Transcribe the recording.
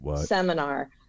seminar